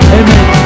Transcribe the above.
amen